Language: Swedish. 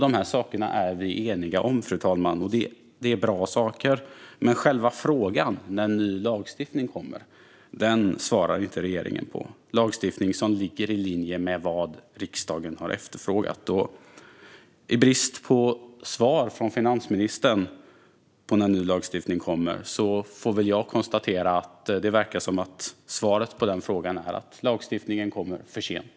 Dessa saker är vi eniga om, fru talman, men själva frågan när en ny lagstiftning kommer svarar regeringen inte på - en lagstiftning som ligger i linje med vad riksdagen har efterfrågat. Fru talman! I brist på svar från finansministern på när en ny lagstiftning kommer får jag konstatera att det verkar som att svaret på denna fråga är att lagstiftningen kommer för sent.